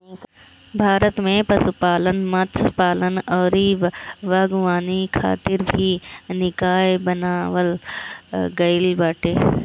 भारत में पशुपालन, मत्स्यपालन अउरी बागवानी खातिर भी निकाय बनावल गईल बाटे